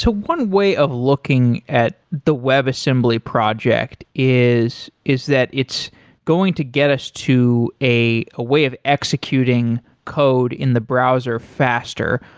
one way of looking at the web assembly project is is that it's going to get us to a ah way of executing code in the browser faster.